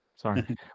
Sorry